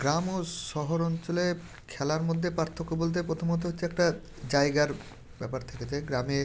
গ্রাম ও শহর অঞ্চলে খেলার মধ্যে পার্থক্য বলতে প্রথমত হচ্ছে একটা জায়গার ব্যাপার থেকে যায় গ্রামে